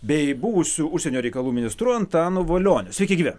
bei buvusiu užsienio reikalų ministru antanu valioniu sveiki gyvi